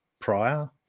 prior